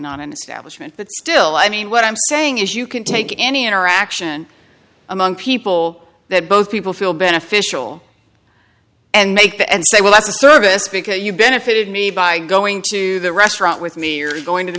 not an establishment but still i mean what i'm saying is you can take any interaction among people that both people feel beneficial and make the and say well that's a service because you benefited me by going to the restaurant with me or going to the